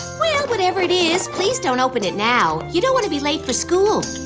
well, whatever it is, please don't open it now. you don't wanna be late for school.